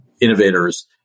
innovators